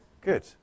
Good